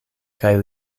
kaj